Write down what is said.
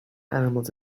animals